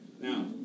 Now